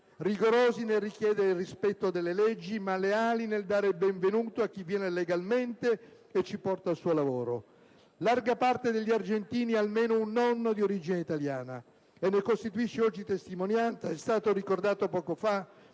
Rigorosi nel chiedere rispetto per le nostre leggi, ma leali nel dare il benvenuto a chi viene legalmente e ci porta il suo lavoro. Larga parte degli argentini ha almeno un nonno di origine italiana. Ne costituisce oggi testimonianza - è stato ricordato poco fa